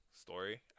story